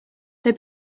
they